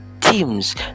teams